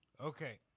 Okay